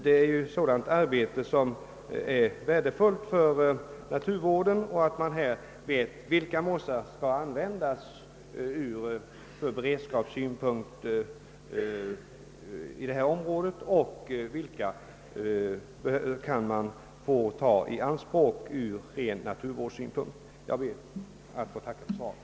Det vore ju värdefullt för naturvården att veta vilka mossar i ett område som får användas för beredskapsproduktion och vilka som får tas i anspråk från naturvårdssynpunkt. Jag ber att än en gång få tacka för svaret.